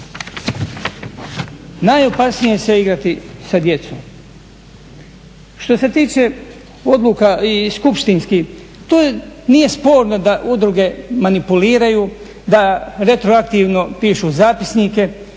Najopasnije se igrati sa djecom. Što se tiče odluka i skupštinskih, to nije sporno da udruge manipuliraju, da retroaktivno pišu zapisnike